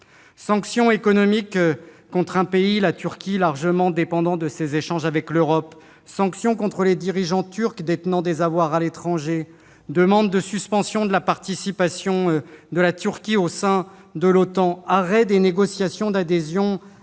Sanctions économiques contre un pays, la Turquie, largement dépendant de ses échanges avec l'Europe, sanctions contre les dirigeants turcs détenant des avoirs à l'étranger, demande de suspension de la participation de la Turquie à l'OTAN, arrêt des négociations d'adhésion à l'Union